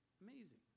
Amazing